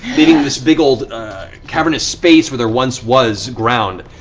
leaving this big old cavernous space where there once was ground.